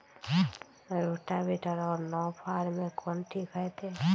Rotavator और नौ फ़ार में कौन ठीक होतै?